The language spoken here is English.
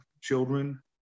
children